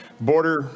Border